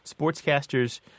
sportscasters